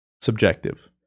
subjective